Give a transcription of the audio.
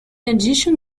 addition